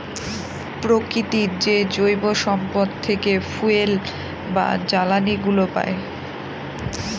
প্রকৃতির যে জৈব সম্পদ থেকে ফুয়েল বা জ্বালানিগুলো পাই